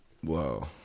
Whoa